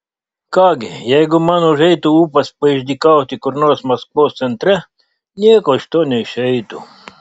ką gi jeigu man užeitų ūpas paišdykauti kur nors maskvos centre nieko iš to neišeitų